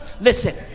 Listen